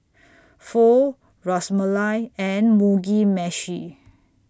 Pho Ras Malai and Mugi Meshi